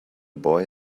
boy